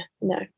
no